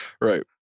Right